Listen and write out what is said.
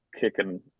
kicking